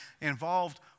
involved